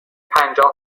پنجاه